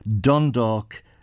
Dundalk